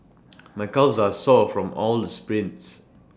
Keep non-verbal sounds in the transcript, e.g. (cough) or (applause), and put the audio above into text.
(noise) my calves are sore from all the sprints